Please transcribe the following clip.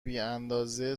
بیاندازه